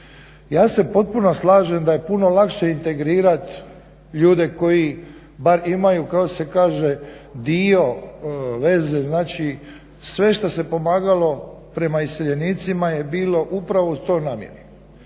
Ja se potpuno slažem da je puno lakše integrirat ljude koji bar imaju, kako se kaže, dio veze, znači sve šta se pomagalo prema iseljenicima je bilo upravo u toj namjeri.